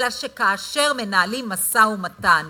אלא שכאשר מנהלים משא-ומתן,